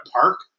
park